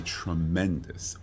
tremendous